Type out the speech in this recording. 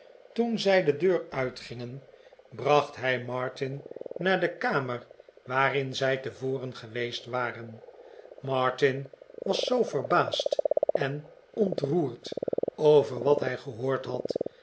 toen zij de deur uitgingen bracht hij martin naar de kamer waarin zij tevoren geweest waren martin was zoo verbaasd en ontroerd over wat hij gehoord had